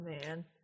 man